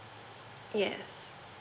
yes